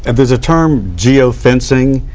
and there's a term geofencing.